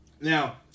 Now